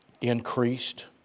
increased